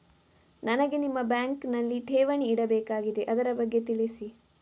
ನನಗೆ ನಿಮ್ಮ ಬ್ಯಾಂಕಿನಲ್ಲಿ ಠೇವಣಿ ಇಡಬೇಕಾಗಿದೆ, ಅದರ ಬಗ್ಗೆ ತಿಳಿಸಿ